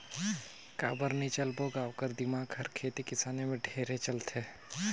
काबर नई चलबो ग ओखर दिमाक हर खेती किसानी में ढेरे चलथे